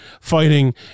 fighting